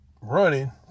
running